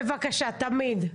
תמיד.